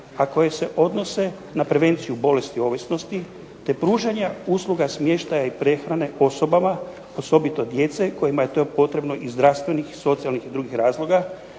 a koje se odnose na prevenciju bolesti ovisnosti, te pružanja usluga smještaja i prehrane osobama osobito djece kojima je to potrebno iz zdravstvenih i socijalnih i drugih razloga,